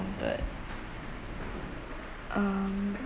but um